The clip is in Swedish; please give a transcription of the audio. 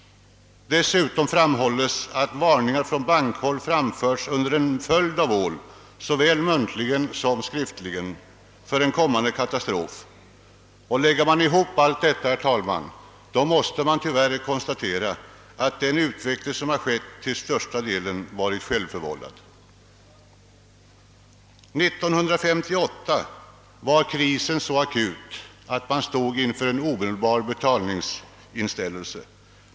Dessutom påpekas att varningar från bankhåll framförts under en följd av år, såväl muntligt som skriftligt, för en kommande katastrof. Lägger man ihop allt detta, herr talman, måste man tyvärr konstatera att utvecklingen till största delen varit självförvållad. År 1958 var krisen så akut att man stod inför omedelbar betalningsinställelse.